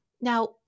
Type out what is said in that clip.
Now